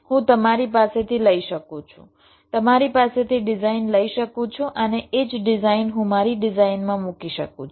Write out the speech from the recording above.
હું તમારી પાસેથી લઈ શકું છું તમારી પાસેથી ડિઝાઈન લઈ શકું છું અને એ જ ડિઝાઈન હું મારી ડિઝાઈનમાં મૂકી શકું છું